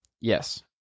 Yes